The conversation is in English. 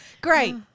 Great